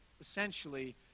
essentially